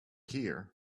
here